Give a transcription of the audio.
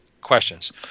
questions